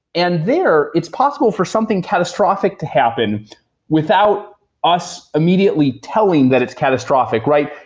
and there, it's possible for something catastrophic to happen without us immediately telling that it's catastrophic, right?